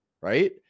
right